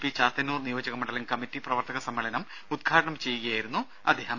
P Chathannoor നിയോജക മണ്ഡലം committee പ്രവർത്തക സമ്മേളനം ഉദ്ഘാടനം ചെയ്യുകയായിരുന്നു അദ്ദേഹം